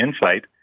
insight